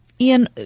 Ian